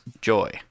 Joy